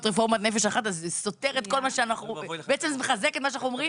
רפורמת 'נפש אחת' זה בעצם מחזק את מה שאנחנו אומרים,